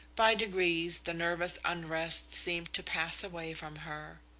by degrees the nervous unrest seemed to pass away from her.